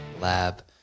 Lab